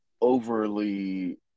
overly